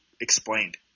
explained